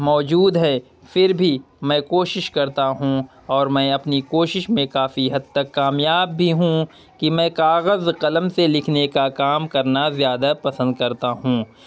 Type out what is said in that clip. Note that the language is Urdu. موجود ہیں پھر بھی میں کوشش کرتا ہوں اور میں اپنی کوشش میں کافی حد تک کامیاب بھی ہوں کہ میں کاغذ قلم سے لکھنے کا کام کرنا زیادہ پسند کرتا ہوں